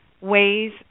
ways